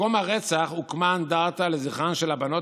במקום הרצח הוקמה אנדרטה לזכרן של הבנות,